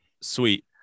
Sweet